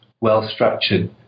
well-structured